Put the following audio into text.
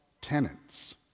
tenants